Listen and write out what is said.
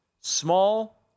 small